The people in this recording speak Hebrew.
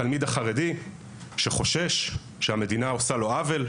התלמיד החרדי שחושש שהמדינה עושה לו עוול,